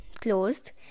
closed